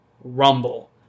rumble